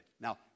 Now